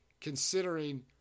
considering